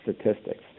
statistics